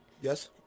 Yes